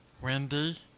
Wendy